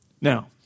Now